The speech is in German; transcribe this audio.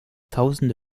tausende